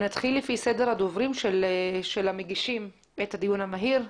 נתחיל לפי סדר הדוברים של המגישים את הדיון המהיר,